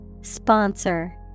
Sponsor